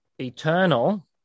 eternal